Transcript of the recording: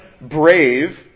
brave